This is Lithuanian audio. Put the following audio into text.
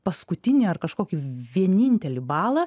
paskutinį ar kažkokį vienintelį balą